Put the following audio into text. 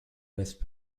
west